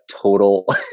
total